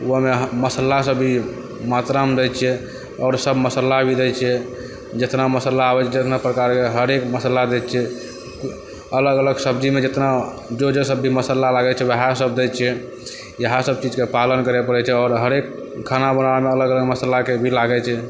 ओहोमे मसाला सब भी मात्रामे दै छिए आओर सब मसल्ला भी दै छिए जतना मसल्ला आबै छै जतना प्रकारके हरेक मसल्ला दै छिए अलग अलग सब्जीमे जतना जो जो मसल्ला सब लागै छै वएह सब दै छिए इएह सब चीजके पालन करै पड़ै छै आओर हरेक खाना बनाबैमे अलग अलग मसल्लाके भी लागै छै